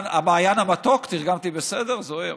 המעיין המתוק, תרגמתי בסדר, זוהיר?